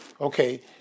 Okay